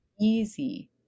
easy